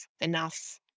enough